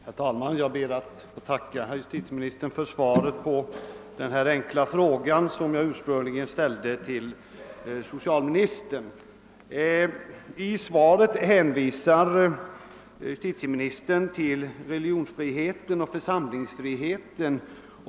Herr talman! Jag ber att få tacka justitieministern för svaret på den enkla fråga, som jag ursprungligen ställde till socialministern. I svaret hänvisar justitieministern till religionsfriheten och församlingsfriheten.